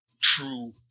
true